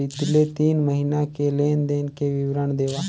बितले तीन महीना के लेन देन के विवरण देवा?